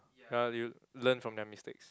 ya you learn from their mistakes